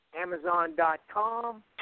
Amazon.com